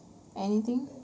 anything